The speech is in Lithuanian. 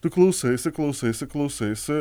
tu klausaisi klausaisi klausaisi